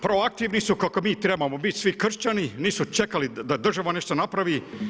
Proaktivni su kako mi trebamo biti svi kršćani, nisu čekali da država nešto napravi.